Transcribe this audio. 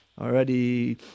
Already